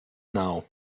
now